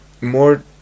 more